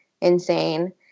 insane